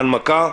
ההנמקה: